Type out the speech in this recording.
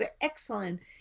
excellent